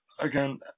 again